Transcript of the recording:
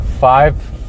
five